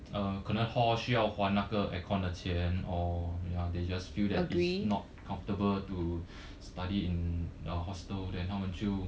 uh 可能 hall 需要还那个 aircon 的钱 or ya they just feel that is not comfortable to study in a hostel then 他们就